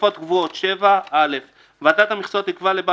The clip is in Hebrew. "תוספות קבועות (א)ועדת המכסות תקבע לבעל